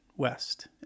West